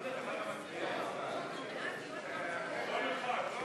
להסיר מסדר-היום את הצעת חוק הכנסת (תיקון,